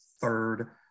third